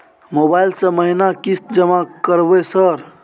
Mobile से महीना किस्त जमा करबै सर?